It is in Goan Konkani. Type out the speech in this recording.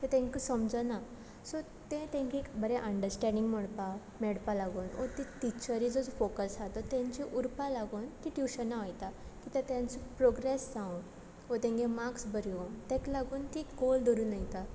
तें तेंकां समजना सो तें तेंकां एक बरें अंडरस्टँडिंग मेळपा मेळपा लागून वो तीं टिचरींचो जो फोकस आहा तो तेंचे उरपा लागोन तीं ट्युशना वोयता कित्या तेंच प्रोग्रेस जावूंक वो तेंगे मार्क्स बर येवूं तेक लागून तीं गोल धरून वयतां